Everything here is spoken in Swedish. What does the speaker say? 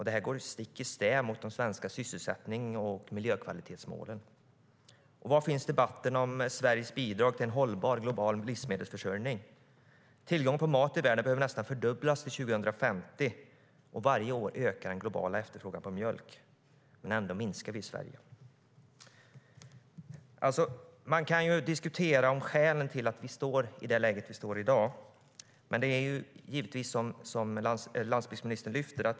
Det går stick i stäv mot den svenska sysselsättningen och miljökvalitetsmålen. Var finns debatten om Sveriges bidrag till en hållbar, global livsmedelsförsörjning? Tillgången på mat i världen behöver nästan fördubblas till 2050. Varje år ökar den globala efterfrågan på mjölk, men ändå minskar vi i Sverige.Vi kan diskutera skälen till att vi är i det läge vi är i dag. Det är givetvis som landsbygdsministern säger.